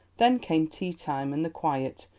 then came tea-time and the quiet,